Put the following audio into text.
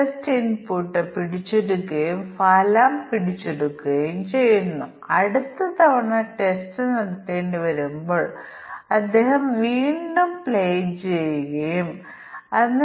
അതിനാൽ വാങ്ങൽ തുക 2000 ൽ കുറവാണോ അതോ 2000 ഉം അതിൽ കൂടുതലാണോ എന്ന ഇൻപുട്ട് വ്യവസ്ഥകളെ അടിസ്ഥാനമാക്കി നമുക്ക് ഇവിടെ തീരുമാന പട്ടിക രൂപീകരിക്കാൻ കഴിയും